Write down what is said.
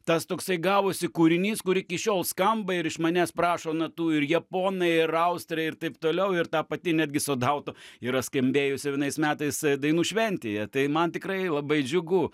tas toksai gavosi kūrinys kur iki šiol skamba ir iš manęs prašo natų ir japonai ir austrai ir taip toliau ir ta pati netgi sodauto yra skambėjusi vienais metais dainų šventėje tai man tikrai labai džiugu